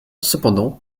cependant